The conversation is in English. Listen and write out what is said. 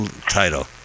title